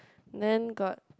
then got